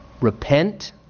Repent